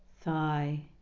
thigh